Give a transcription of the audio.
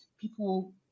people